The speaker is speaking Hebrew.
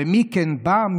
ומי כן בא?